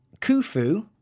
Khufu